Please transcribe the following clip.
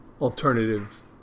alternative